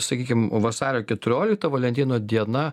sakykime vasario keturiolikta valentino diena